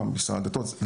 המשטרה או משרד הדתות,